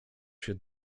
się